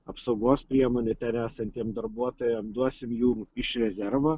apsaugos priemonių ten esantiem darbuotojam duosim jų iš rezervo